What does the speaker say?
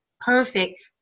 perfect